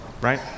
right